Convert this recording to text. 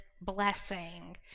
blessing